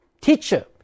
Teacher